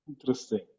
Interesting